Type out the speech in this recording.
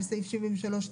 בחדר.